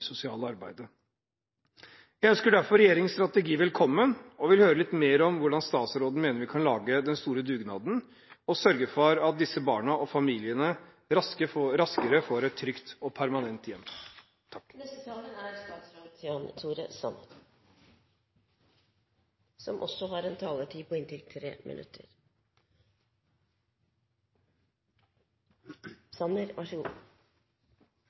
Jeg ønsker derfor regjeringens strategi velkommen, og vil høre litt mer om hvordan statsråden mener vi kan lage den store dugnaden for å sørge for at disse barna og familiene deres raskere får et trygt og permanent hjem. Jeg mener at det første og viktigste er at vi erkjenner at vi står overfor betydelige utfordringer, at det er en